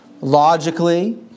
logically